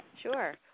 Sure